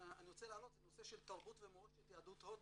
שאני רוצה להעלות זה נושא של תרבות ומורשת יהדות הודו,